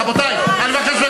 רבותי, אני לא יכול,